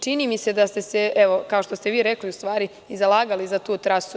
Čini mi se da ste se, evo, kao što ste i vi rekli, u stvari i zalagali za tu trasu.